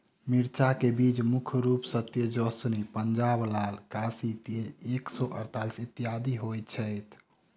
मिर्चा केँ बीज मुख्य रूप सँ तेजस्वनी, पंजाब लाल, काशी तेज एक सै अड़तालीस, इत्यादि होए छैथ?